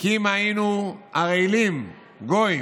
כי אם היינו ערלים, גויים,